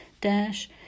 dash